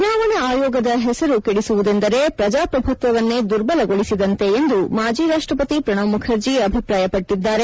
ಚುನಾವಣಾ ಆಯೋಗದ ಹೆಸರು ಕೆದಿಸುವುದೆಂದರೆ ಪ್ರಜಾಪ್ರಭುತ್ವವನ್ನೇ ದುರ್ಬಲಗೊಳಿಸಿದಂತೆ ಎಂದು ಮಾಜಿ ರಾಷ್ಟ್ವಪತಿ ಪ್ರಣಬ್ ಮುಖರ್ಜಿ ಅಭಿಪ್ರಾಯಪಟ್ಟಿದ್ದಾರೆ